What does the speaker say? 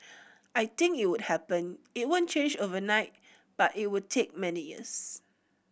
I think it would happen it won't change overnight but it would take many years